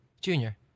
Junior